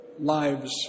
lives